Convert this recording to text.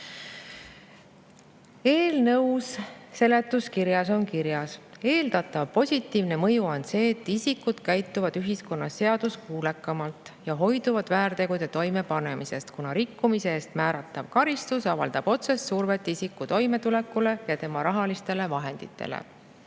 raha! Eelnõu seletuskirjas on kirjas: "Eeldatav positiivne mõju on see, et isikud käituvad ühiskonnas seaduskuulekamalt ja hoiduvad väärtegude toimepanemisest, kuna rikkumise eest määratav karistus avaldab otsest survet isiku toimetulekule ja tema rahalistele vahenditele."